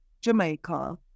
Jamaica